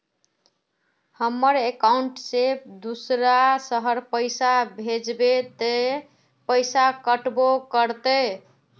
हमर अकाउंट से दूसरा शहर पैसा भेजबे ते पैसा कटबो करते?